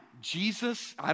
Jesus